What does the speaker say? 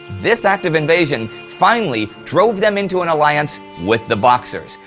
this act of invasion finally drove them into an alliance with the boxers.